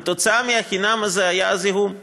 כתוצאה מהחינם הזה היה זיהום,